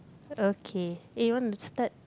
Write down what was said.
okay eh you want to start